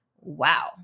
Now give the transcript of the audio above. wow